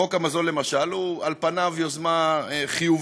חוק המזון, למשל, הוא על פניו יוזמה חיובית,